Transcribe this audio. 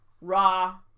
raw